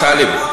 טלב,